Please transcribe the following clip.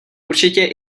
určitě